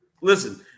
Listen